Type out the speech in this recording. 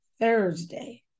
Thursday